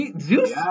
Zeus